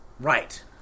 Right